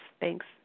Thanks